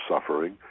suffering